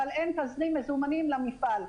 אבל אין תזרים מזומנים למפעל.